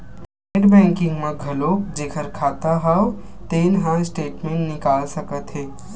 net banking म घलोक जेखर खाता हव तेन ह स्टेटमेंट निकाल सकत हे